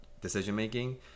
decision-making